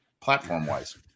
platform-wise